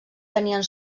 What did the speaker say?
tenien